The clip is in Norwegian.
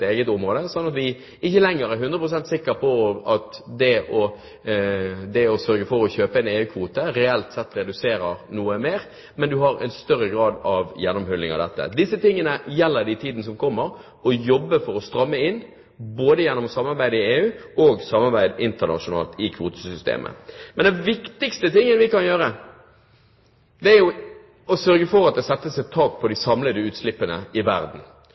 eget område, slik at vi ikke lenger er 100 pst. sikre på at det å sørge for å kjøpe en EU-kvote reelt sett reduserer noe mer, men man har en større grad av gjennomhulling. Dette gjelder det å jobbe for å stramme inn i tiden som kommer, både gjennom samarbeid i EU og samarbeid internasjonalt i kvotesystemet. Det viktigste vi kan gjøre, er å sørge for at det settes et tak på de samlede utslippene i verden.